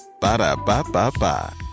Ba-da-ba-ba-ba